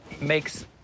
makes